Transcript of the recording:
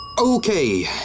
Okay